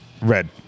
Red